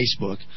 Facebook